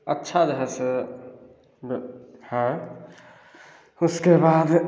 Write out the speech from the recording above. अच्छा जे है से है उसके बाद